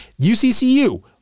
UCCU